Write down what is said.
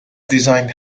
designed